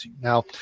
now